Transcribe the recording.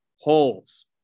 holes